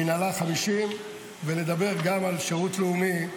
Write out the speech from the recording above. מינהלה, 50%, ונדבר גם על שירות לאומי.